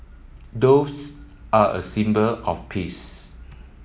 doves are a symbol of peace